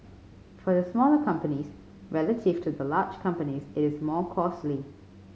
for the smaller companies relative to the large companies it is more costly